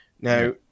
Now